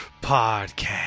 Podcast